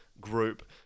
group